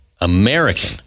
American